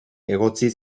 egotzi